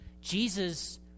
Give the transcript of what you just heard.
Jesus